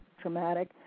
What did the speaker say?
traumatic